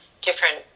different